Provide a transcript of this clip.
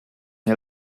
nie